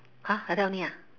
!huh! like that only ah